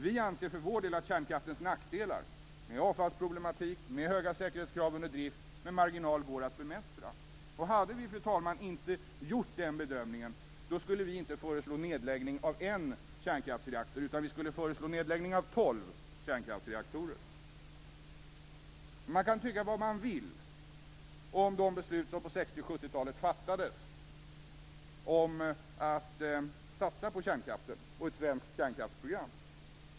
Vi anser för vår del att kärnkraftens nackdelar - avfallsproblematik, höga säkerhetskrav under drift - med marginal går att bemästra. Hade vi, fru talman, inte gjort den bedömningen, skulle vi inte föreslå nedläggning av en kärnkraftsreaktor; vi skulle föreslå nedläggning av tolv kärnkraftsreaktorer. Man kan tycka vad man vill om de beslut som fattades på 60 och 70-talen om att satsa på kärnkraften och ett svenskt kärnkraftsprogram.